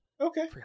Okay